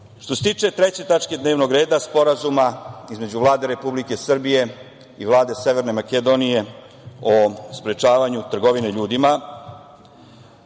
se tiče treće tačke dnevnog reda, sporazuma između Vlade Republike Srbije i Vlade Severne Makedonije o sprečavanju trgovine ljudima,